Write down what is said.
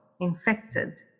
infected